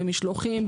במשלוחים,